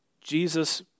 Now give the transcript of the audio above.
Jesus